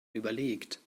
überlegt